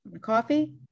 coffee